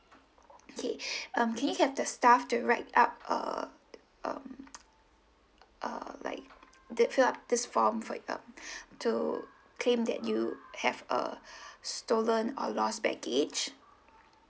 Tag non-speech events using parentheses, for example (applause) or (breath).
okay (breath) um can you have the staff to write up a um err like to fill up this form for um (breath) to claim that you have a (breath) stolen or lost baggage